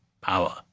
power